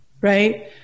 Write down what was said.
right